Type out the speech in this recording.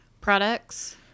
products